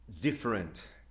Different